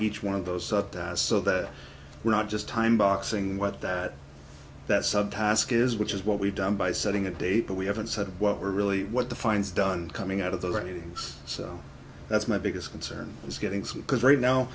each one of those so that we're not just time boxing what that that subtask is which is what we've done by setting a date but we haven't said what we're really what defines done coming out of the readings so that's my biggest concern is getting sleep because right now